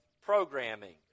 programming